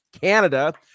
Canada